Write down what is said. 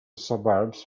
suburbs